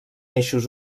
eixos